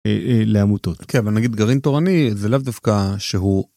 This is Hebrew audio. לעמותות.כן אבל נגיד גרעין תורני זה לאו דווקא שהוא.